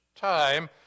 time